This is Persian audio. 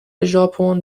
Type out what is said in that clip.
ژاپن